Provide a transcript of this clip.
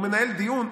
הוא מנהל דיון.